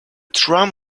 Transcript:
tram